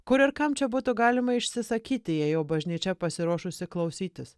kur ir kam čia būtų galima išsisakyti jei jau bažnyčia pasiruošusi klausytis